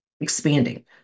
expanding